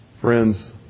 Friends